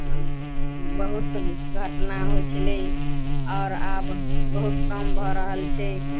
बहुत घटना होइ छलै आओर आब बहुत कम भऽ रहल छै